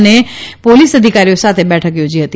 અને પોલીસ અધિકારીઓ સાથે બેઠક થોજી હતી